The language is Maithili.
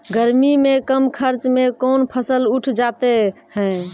गर्मी मे कम खर्च मे कौन फसल उठ जाते हैं?